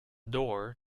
door